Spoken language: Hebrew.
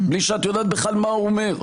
כלי שאת יודעת בכלל מה הוא אומר.